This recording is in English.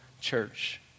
church